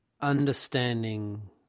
understanding